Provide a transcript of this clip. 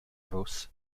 fws